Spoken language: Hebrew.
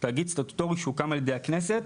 תאגיד סטטוטורי שהוקם על ידי הכנסת,